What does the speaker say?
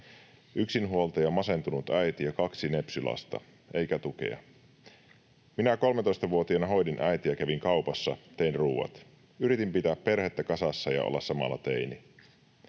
Yksinhuoltaja, masentunut äiti ja kaksi nepsy-lasta eikä tukea. Minä 13-vuotiaana hoidin äitiä ja kävin kaupassa, tein ruoat. Yritin pitää perhettä kasassa ja olla samalla teini.